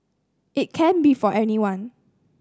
it can be for anyone